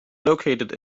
located